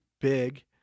big